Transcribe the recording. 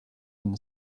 them